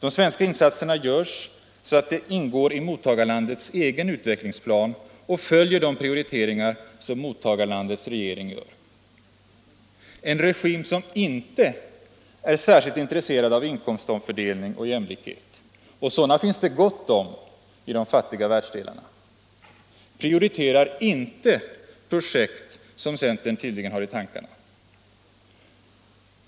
De svenska insatserna görs så att de ingår i mottagarlandets egen utvecklingsplan och följer de prioriteringar som mottagarlandets regering gör. En regim som inte är särskilt intresserad av inkomstomfördelning och jämlikhet — och sådana finns det gott om i de fattiga världsdelarna —- prioriterar inte projekt som centern tydligen har i tankarna.